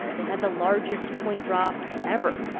ah they had the largest point drop ever.